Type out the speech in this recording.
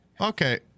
Okay